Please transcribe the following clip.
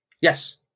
Yes